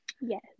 Yes